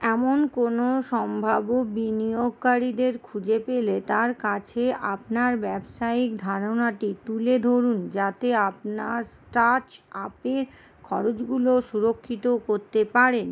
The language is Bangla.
এমন কোনো সম্ভাব্য বিনিয়োগকারীদের খুঁজে পেলে তার কাছে আপনার ব্যবসায়িক ধারণাটি তুলে ধরুন যাতে আপনার স্টার্ট আপে খরচগুলো সুরক্ষিত করতে পারেন